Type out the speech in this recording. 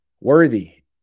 Worthy